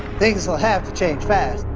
things will have to change fast.